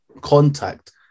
Contact